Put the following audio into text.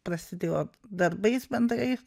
prasidėjo darbais bendrais